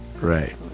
Right